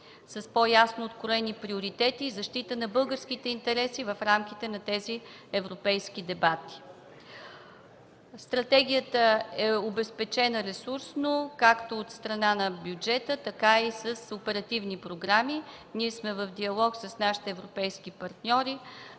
с по-ясно откроени приоритети и защита на българските интереси в рамките на тези европейски дебати. Стратегията е обезпечена ресурсно както от страна на бюджета, така и с оперативни програми. Ние сме в диалог с нашите европейски партньори